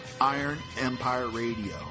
IronEmpireRadio